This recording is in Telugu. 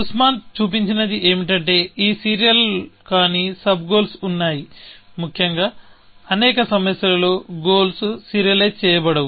సుస్మాన్ చూపించినది ఏమిటంటే ఈ సీరియల్ కాని సబ్ గోల్స్ ఉన్నాయి ముఖ్యంగా అనేక సమస్యలలో గోల్స్సీరియలైజ్ చేయబడవు